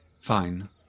Fine